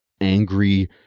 angry